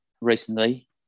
recently